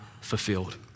fulfilled